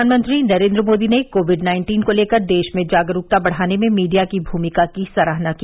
प्रधानमंत्री नरेन्द्र मोदी ने COVID nineteen को लेकर देश में जागरूकता बढाने में मीडिया की भूमिका की सराहना की